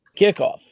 kickoff